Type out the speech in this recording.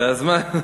זה הזמן,